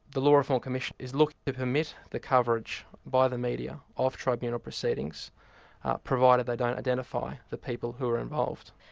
the law reform commission is looking to permit the coverage by the media of tribunal proceedings provided they don't identify the people who are involved.